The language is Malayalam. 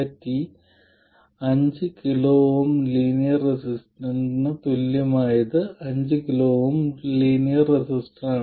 5 KΩ ലീനിയർ റെസിസ്റ്ററിന് തുല്യമായത് 5 KΩ ലീനിയർ റെസിസ്റ്ററാണ്